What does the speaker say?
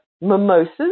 mimosas